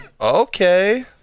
Okay